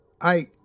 I